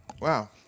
Wow